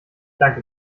danke